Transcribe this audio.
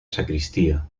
sacristía